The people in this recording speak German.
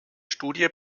studie